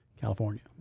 California